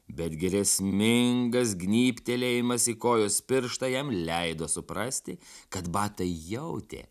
bet grėsmingas gnybtelėjimas į kojos pirštą jam leido suprasti kad batai jautė